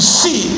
see